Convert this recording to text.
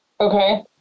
Okay